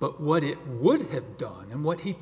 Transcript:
but what it would have done and what he